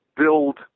build